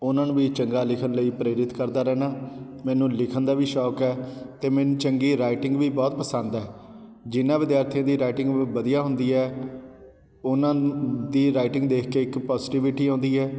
ਉਹਨਾਂ ਨੂੰ ਵੀ ਚੰਗਾ ਲਿਖਣ ਲਈ ਪ੍ਰੇਰਿਤ ਕਰਦਾ ਰਹਿੰਦਾ ਮੈਨੂੰ ਲਿਖਣ ਦਾ ਵੀ ਸ਼ੌਕ ਹੈ ਅਤੇ ਮੈਨੂੰ ਚੰਗੀ ਰਾਈਟਿੰਗ ਵੀ ਬਹੁਤ ਪਸੰਦ ਹੈ ਜਿਹਨਾਂ ਵਿਦਿਆਰਥੀਆਂ ਦੀ ਰਾਈਟਿੰਗ ਵ ਵਧੀਆ ਹੁੰਦੀ ਹੈ ਉਹਨਾਂ ਦੀ ਰਾਈਟਿੰਗ ਦੇਖ ਕੇ ਇੱਕ ਪੌਸੀਟੀਵਿਟੀ ਆਉਂਦੀ ਹੈ